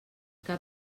cap